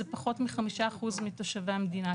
זה פחות מ-5% מתושבי המדינה.